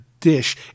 dish